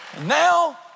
Now